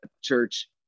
church